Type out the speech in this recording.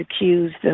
accused